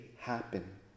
happen